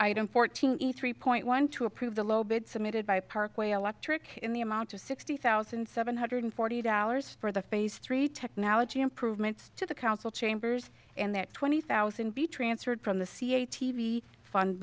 item fourteen e three point one two approve the low bid submitted by parkway electric in the amount to sixty thousand seven hundred forty dollars for the phase three technology improvements to the council chambers and that twenty thousand be transferred from the sea a t v fund